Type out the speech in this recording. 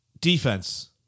Defense